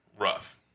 Rough